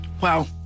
Wow